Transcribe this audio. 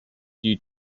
due